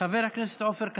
חבר הכנסת עופר כסיף.